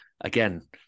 again